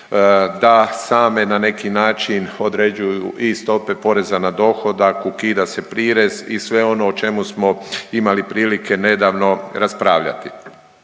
da same na neki način određuju i stope poreza na dohodak, ukida se prirez i sve ono o čemu smo imali prilike nedavno raspravljati.